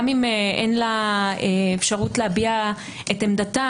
גם אם אין לה אפשרות להביע את עמדתה,